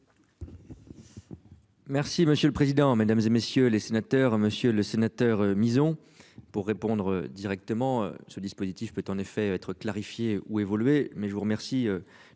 Merci monsieur le président, Mesdames, et messieurs les sénateurs, Monsieur le Sénateur Mison pour répondre directement ce dispositif peut en effet être clarifiée ou évoluer mais je vous remercie